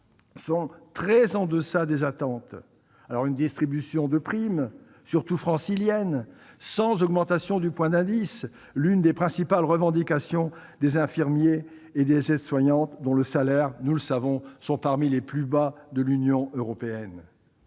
sont très en deçà des attentes, avec une distribution de primes- surtout franciliennes -sans augmentation du point d'indice, alors que c'était l'une des principales revendications des infirmiers et aides-soignantes, dont les salaires sont parmi les plus bas de l'Union européenne.